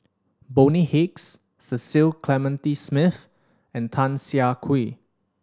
Bonny Hicks Cecil Clementi Smith and Tan Siah Kwee